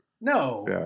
No